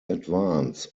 advance